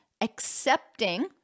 accepting